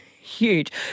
huge